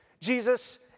Jesus